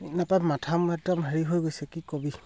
নাপাই মাথা মাত্ৰ হেৰি হৈ গৈছে কি কবি